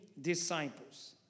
disciples